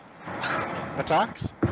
attacks